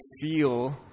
feel